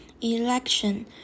election